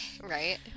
right